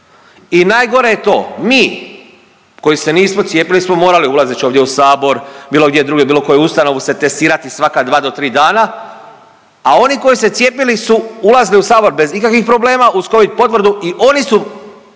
I najgore je to mi koji se nismo cijepili smo morali ulazeći ovdje u Sabor, bilo gdje drugdje, bilo koju ustanovu se testirati svaka dva do tri dana, a oni koji se cijepili su ulazili u Sabor bez ikakvih problema uz covid potvrdu i oni su